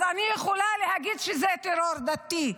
אני יכולה להגיד שזה טרור דתי.